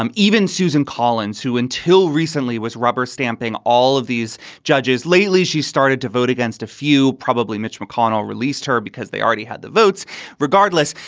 um even susan susan collins, who until recently was rubber stamping all of these judges lately she's started to vote against a few. probably mitch mcconnell released her because they already had the votes regardless.